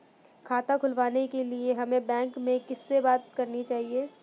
खाता खुलवाने के लिए हमें बैंक में किससे बात करनी चाहिए?